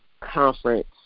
conference